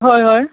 हय हय